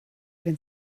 wenn